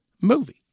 movie